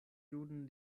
juden